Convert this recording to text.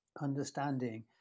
understanding